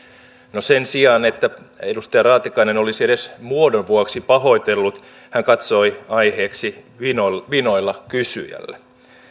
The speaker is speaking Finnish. no sen sijaan että edustaja raatikainen olisi edes muodon vuoksi pahoitellut hän katsoi aiheeksi vinoilla vinoilla kysyjälle